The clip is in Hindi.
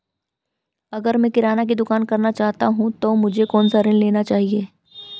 अगर मैं किराना की दुकान करना चाहता हूं तो मुझे कौनसा ऋण लेना चाहिए?